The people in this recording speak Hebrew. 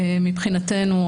מבחינתנו,